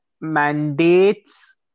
mandates